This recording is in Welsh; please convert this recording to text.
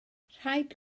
rhaid